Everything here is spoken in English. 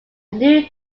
new